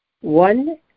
One